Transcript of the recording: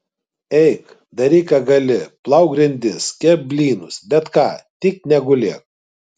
eik daryk ką gali plauk grindis kepk blynus bet ką tik negulėk